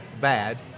bad